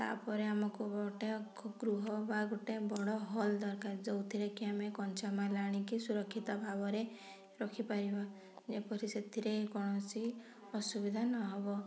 ତାପରେ ଆମକୁ ଗୋଟେ ଗୃହ ବା ଗୋଟେ ବଡ଼ ହଲ୍ ଦରକାର ଯେଉଁଥିରେ କି ଆମେ କଞ୍ଚାମାଲ ଆଣିକି ସୁରକ୍ଷିତ ଭାବରେ ରଖିପାରିବା ଯେପରି ସେଥିରେ କୌଣସି ଅସୁବିଧା ନ ହବ